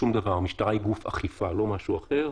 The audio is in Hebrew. המשטרה היא גוף אכיפה ולא משהו אחר.